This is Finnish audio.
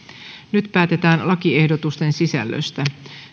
nyt päätetään lakiehdotusten sisällöstä